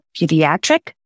Pediatric